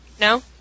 No